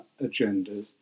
agendas